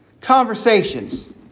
conversations